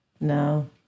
No